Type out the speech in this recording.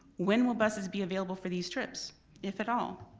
when will buses be available for these trips if at all?